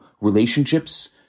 relationships